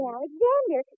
Alexander